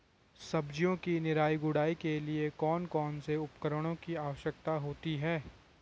सब्जियों की निराई गुड़ाई के लिए कौन कौन से उपकरणों की आवश्यकता होती है?